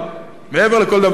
מעבר לכל דבר אחר,